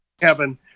Kevin